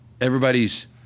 everybody's